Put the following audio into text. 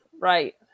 right